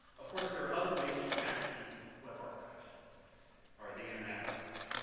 of course, there are other ways to attack the web archive or the internet archive.